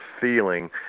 feeling